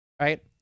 Right